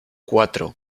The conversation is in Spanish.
cuatro